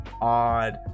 Odd